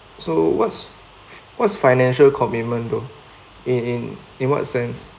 so what's what's financial commitment though in in in what sense